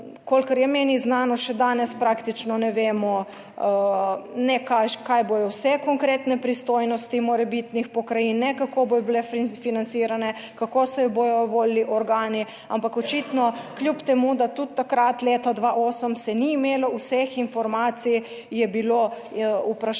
kolikor je meni znano, še danes praktično ne vemo ne kaj bodo vse konkretne pristojnosti morebitnih pokrajin, ne kako bodo bile financirane, kako se bodo volili organi, ampak očitno kljub temu, da tudi takrat leta 2008 se ni imelo vseh informacij, je bilo vprašanje